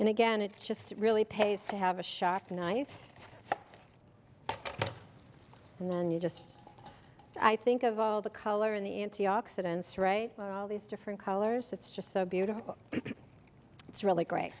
and again it just really pays to have a shocking knife and then you just i think of all the color in the antioxidants right well these different colors it's just so beautiful it's really great